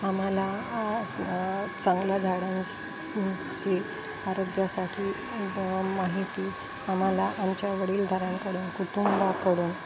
आम्हाला चांगल्या झाडांची आरोग्यासाठी माहिती आम्हाला आमच्या वडीलधाऱ्यांकडून कुटुंबाकडून